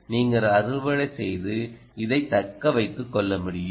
நீங்கள் அறுவடை செய்து இதைத் தக்க வைத்துக் கொள்ள முடியும்